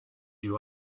you